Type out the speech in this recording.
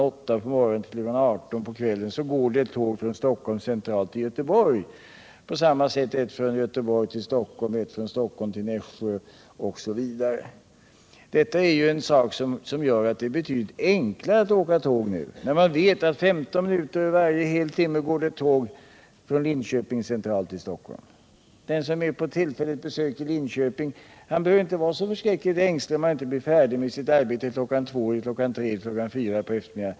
8 på morgonen till kl. 18 på kvällen går tåg från Stockholm till Göteborg, från Göteborg till Stockholm, från Stockholm till Nässjö osv. Detta gör det betydligt enklare att åka tåg nu. Eftersom man vet att 15 minuter över varje hel timme går ett tåg från Linköpings central till Stockholm, kan den som är på tillfälligt besök i Linköping slippa vara så ängslig att han inte skall bli färdig med sitt arbete till ett visst klockslag.